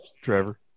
Trevor